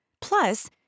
Plus